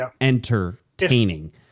entertaining